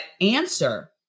answer